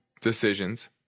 decisions